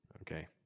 Okay